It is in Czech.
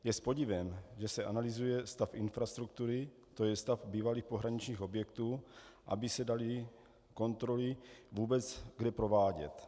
Je s podivem, že se analyzuje stav infrastruktury, tj. stav bývalých pohraničních objektů, aby se daly kontroly vůbec kde provádět.